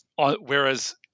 whereas